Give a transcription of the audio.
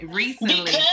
recently